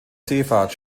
seefahrt